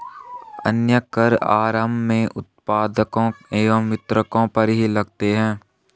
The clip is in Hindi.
अन्य कर आरम्भ में उत्पादकों एवं वितरकों पर ही लगते हैं